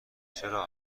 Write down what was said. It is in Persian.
چرا